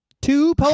two